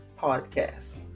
Podcast